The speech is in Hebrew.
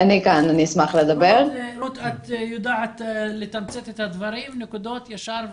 את יודעת לתמצת את הדברים לשים נקודות ישר ולעניין.